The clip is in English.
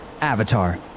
Avatar